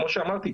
כמו שאמרתי,